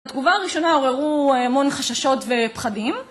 התגובה הראשונה עוררו המון חששות ופחדים.